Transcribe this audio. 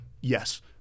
yes